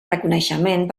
reconeixement